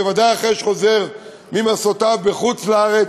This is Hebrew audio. בוודאי אחרי שחוזר ממסעותיו בחוץ-לארץ,